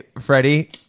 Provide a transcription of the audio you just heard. Freddie